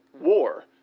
war